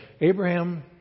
Abraham